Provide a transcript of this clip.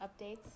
updates